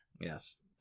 Yes